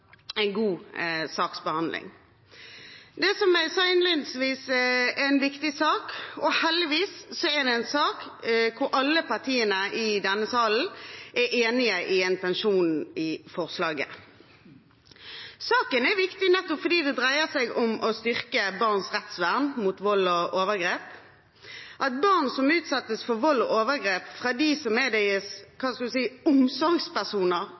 en god saksbehandling. Dette er, som jeg sa innledningsvis, en viktig sak, og heldigvis er det en sak der alle partiene i denne salen er enige i intensjonen i forslaget. Saken er viktig nettopp fordi det dreier seg om å styrke barns rettsvern mot vold og overgrep. At barn utsettes for vold og overgrep fra dem som er deres omsorgspersoner,